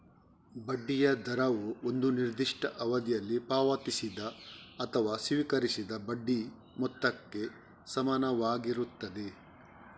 ಬಡ್ಡಿಯ ದರವು ಒಂದು ನಿರ್ದಿಷ್ಟ ಅವಧಿಯಲ್ಲಿ ಪಾವತಿಸಿದ ಅಥವಾ ಸ್ವೀಕರಿಸಿದ ಬಡ್ಡಿ ಮೊತ್ತಕ್ಕೆ ಸಮಾನವಾಗಿರುತ್ತದೆ